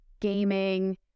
gaming